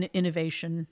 innovation